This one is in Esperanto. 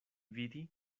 vidi